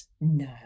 No